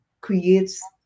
creates